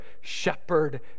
shepherd